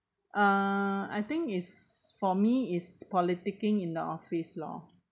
uh I think is for me is politicking in the office lor